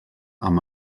amb